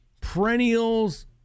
perennials